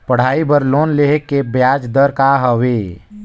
पढ़ाई बर लोन लेहे के ब्याज दर का हवे?